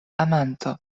amanto